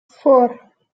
four